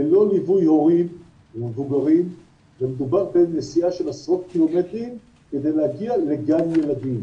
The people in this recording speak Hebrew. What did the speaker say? ללא ליווי הורי בנסיעה של עשרות קילומטרים כדי להגיע לגן ילדים.